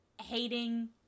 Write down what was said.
hating